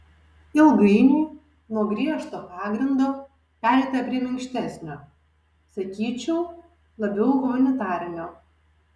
ilgainiui nuo griežto pagrindo pereita prie minkštesnio sakyčiau labiau humanitarinio